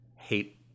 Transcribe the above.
hate